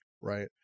right